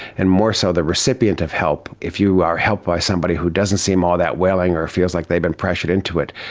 and more so the recipient of help, if you are helped by somebody who doesn't seem all that willing or feels like they've been pressured into it,